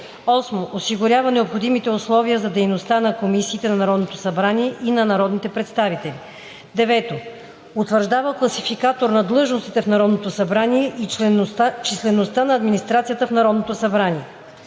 8. осигурява необходимите условия за дейността на комисиите на Народното събрание и на народните представители; 9. утвърждава класификатор на длъжностите в Народното събрание и числеността на администрацията в Народното събрание;